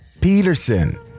Peterson